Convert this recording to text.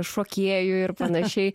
šokėjui ir panašiai